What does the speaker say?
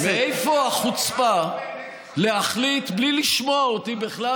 מאיפה החוצפה להחליט בלי לשמוע אותי בכלל,